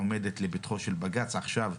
עומדת לפתחו של בג"ץ עכשיו.